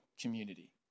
community